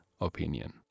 opinion